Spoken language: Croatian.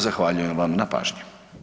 Zahvaljujem vam na pažnji.